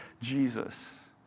Jesus